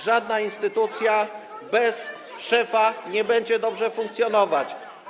Żadna instytucja bez szefa nie będzie dobrze funkcjonować.